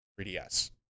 3ds